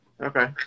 Okay